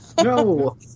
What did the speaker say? No